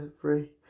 free